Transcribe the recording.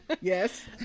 yes